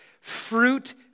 fruit